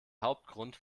hauptgrund